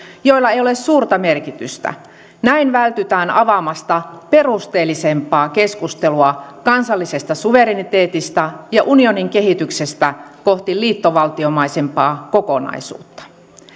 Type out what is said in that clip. joilla ei ole suurta merkitystä näin vältytään avaamasta perusteellisempaa keskustelua kansallisesta suvereniteetista ja unionin kehityksestä kohti liittovaltiomaisempaa kokonaisuutta